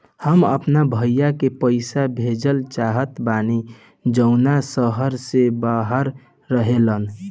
हम अपना भाई के पइसा भेजल चाहत बानी जउन शहर से बाहर रहेला